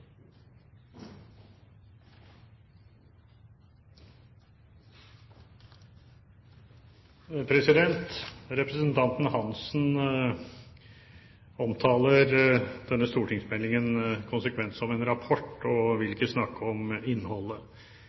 mulig. Representanten Lillian Hansen omtaler denne stortingsmeldingen konsekvent som en «rapport», og vil ikke snakke om innholdet.